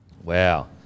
wow